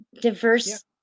diverse